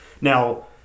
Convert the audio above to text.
Now